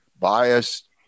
biased